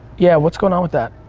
yeah, what's goin' on with that?